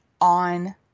on